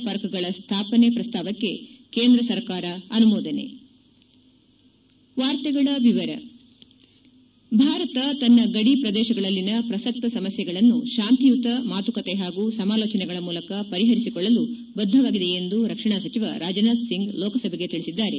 ಪಾರ್ಕ್ಗಳ ಸ್ಥಾಪನೆ ಪ್ರಸ್ತಾವಕ್ಕೆ ಕೇಂದ್ರ ಸರ್ಕಾರ ಅನುಮೋದನೆ ಭಾರತ ತನ್ನ ಗಡಿ ಪ್ರದೇಶಗಳಲ್ಲಿನ ಪ್ರಸಕ್ತ ಸಮಸ್ನೆಗಳನ್ನು ಶಾಂತಿಯುತ ಮಾತುಕತೆ ಹಾಗೂ ಸಮಾಲೋಚನೆಗಳ ಮೂಲಕ ಪರಿಹರಿಸಿಕೊಳ್ಳಲು ಬದ್ದವಾಗಿದೆ ಎಂದು ರಕ್ಷಣಾ ಸಚಿವ ರಾಜನಾಥ್ ಸಿಂಗ್ ಲೋಕಸಭೆಗೆ ತಿಳಿಸಿದ್ದಾರೆ